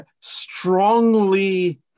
strongly